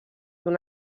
d’un